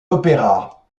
opéra